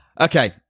Okay